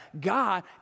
God